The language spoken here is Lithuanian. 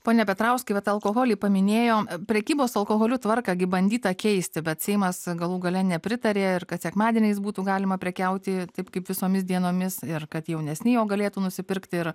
pone petrauskai vat alkoholį paminėjo prekybos alkoholiu tvarką gi bandyta keisti bet seimas galų gale nepritarė ir kad sekmadieniais būtų galima prekiauti taip kaip visomis dienomis ir kad jaunesni jo galėtų nusipirkti ir